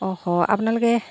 আপোনালোকে